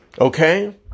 Okay